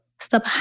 Stop